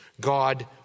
God